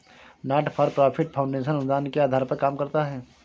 not for profit foundation अनुदान के आधार पर काम करता है